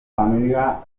familia